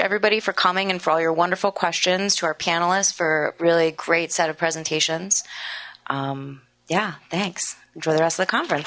everybody for coming and for all your wonderful questions to our panelists for a really great set of presentations yeah thanks enjoy the rest of the conference